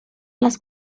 las